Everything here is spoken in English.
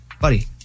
buddy